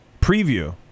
Preview